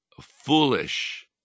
foolish